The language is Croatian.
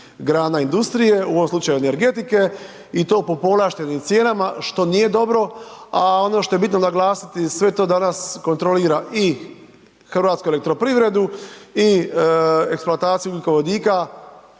grana industrije, u ovom slučaju energetike i to po povlaštenim cijenama, što nije dobro, a ono što je bitno naglasiti, sve to danas kontrolira i HEP i eksploataciju ugljikovodika,